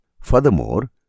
Furthermore